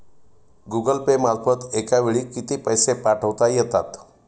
Google Pay मार्फत एका वेळी किती पैसे पाठवता येतात?